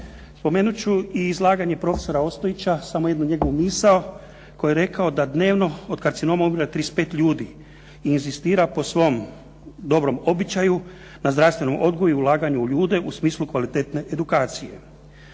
Spomenut ću samo izlaganje profesora Ostojića, samo jednu njegovu misao koji je rekao da dnevno od karcinoma umire 35 ljudi i inzistira po svom dobrom običaju na zdravstveni odgoj i ulaganje u ljude u smislu kvalitetne edukacije.